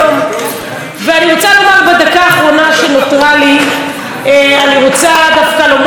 בדקה האחרונה שנותרה לי אני רוצה דווקא לומר משהו מאחד,